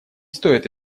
стоит